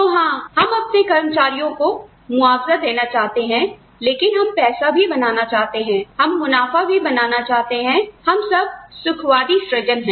तो हां हम अपने कर्मचारियों को मुआवजा देना चाहते हैं लेकिन हम पैसा भी बनाना चाहते हैं हम मुनाफ़ा भी बनाना चाहते हैं हम सब सुखवादी सृजन है